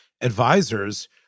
advisors